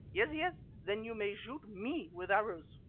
yes, yes, then you may shoot me with arrows.